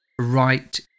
right